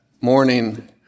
morning